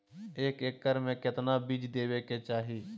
एक एकड़ मे केतना बीज देवे के चाहि?